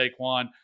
Saquon